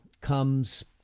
comes